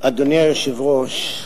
אדוני היושב-ראש,